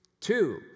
Two